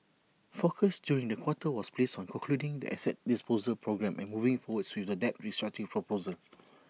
focus during the quarter was placed on concluding the asset disposal programme and moving forward with the debt restructuring proposal